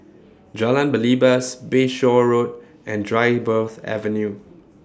Jalan Belibas Bayshore Road and Dryburgh's Avenue